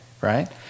right